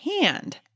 hand